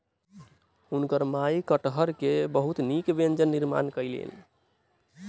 हुनकर माई कटहरक बहुत नीक व्यंजन निर्माण कयलैन